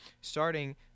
starting